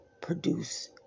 produce